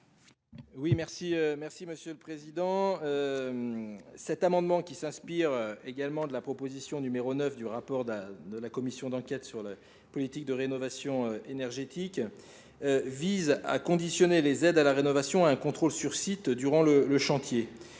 Oui, merci, monsieur le Président. Cet amendement, qui s'inspire également de la proposition numéro 9 du rapport de la Commission d'enquête sur la politique de rénovation énergétique, vise à conditionner les aides à la rénovation à un contrôle sur site durant le chantier.